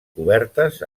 cobertes